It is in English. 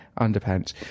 underpants